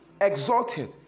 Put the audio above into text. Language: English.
exalted